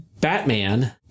Batman